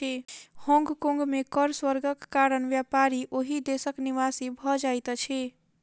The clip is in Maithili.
होंग कोंग में कर स्वर्गक कारण व्यापारी ओहि देशक निवासी भ जाइत अछिं